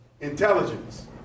intelligence